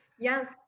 Yes